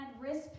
wrist